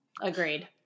Agreed